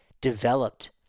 developed